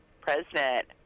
President